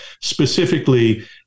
specifically